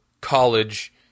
college